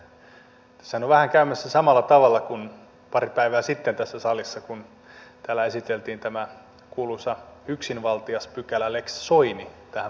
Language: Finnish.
nythän tässä on vähän käymässä samalla tavalla kuin pari päivää sitten tässä salissa kun täällä esiteltiin tämä kuuluisa yksinvaltiaspykälä lex soini tähän puoluelakiin